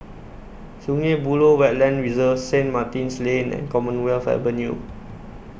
Sungei Buloh Wetland Reserve Saint Martin's Lane and Commonwealth Avenue